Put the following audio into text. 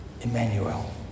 Emmanuel